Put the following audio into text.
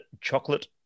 chocolate